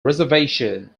reservation